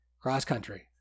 cross-country